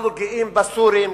אנחנו גאים בסורים,